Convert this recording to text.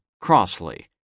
crossly